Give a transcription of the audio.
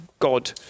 God